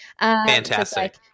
Fantastic